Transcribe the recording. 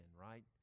right